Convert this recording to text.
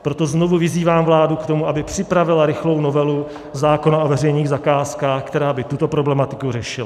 Proto znovu vyzývám vládu k tomu, aby připravila rychlou novelu zákona o veřejných zakázkách, která by tuto problematiku řešila.